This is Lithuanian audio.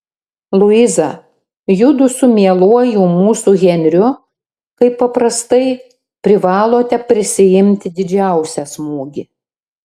luiza judu su mieluoju mūsų henriu kaip paprastai privalote prisiimti didžiausią smūgį